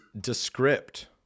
descript